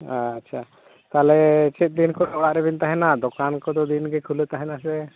ᱟᱪᱪᱷᱟ ᱛᱟᱦᱚᱞᱮ ᱪᱮᱫ ᱫᱤᱱ ᱠᱚ ᱚᱲᱟᱜ ᱨᱮᱵᱮᱱ ᱛᱟᱦᱮᱱᱟ ᱫᱚᱠᱟᱱ ᱠᱚᱫᱚ ᱫᱤᱱᱜᱮ ᱠᱷᱩᱞᱟᱹᱣ ᱛᱟᱦᱮᱱᱟ ᱥᱮ